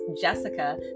Jessica